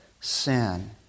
sin